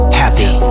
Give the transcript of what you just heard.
happy